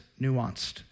nuanced